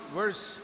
verse